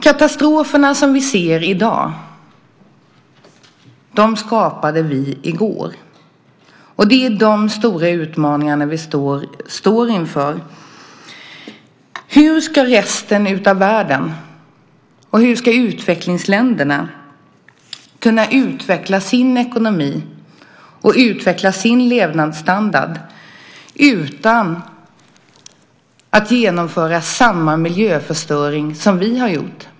Katastroferna som vi ser i dag skapade vi i går. Det är dessa stora utmaningar som vi står inför. Hur ska resten av världen och utvecklingsländerna kunna utveckla sin ekonomi och sin levnadsstandard utan att genomföra samma miljöförstöring som vi har gjort?